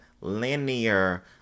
linear